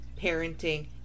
parenting